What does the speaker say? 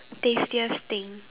tastiest thing